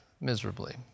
miserably